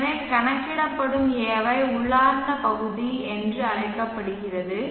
எனவே கணக்கிடப்படும் A ஐ உள்ளார்ந்த பகுதி என்று அழைக்கப்படுகிறது